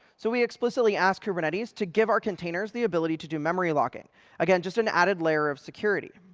so we explicitly ask kubernetes to give our containers the ability to do memory locking again, just an added layer of security.